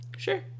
Sure